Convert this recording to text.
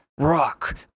rock